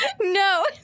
No